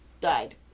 died